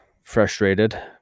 frustrated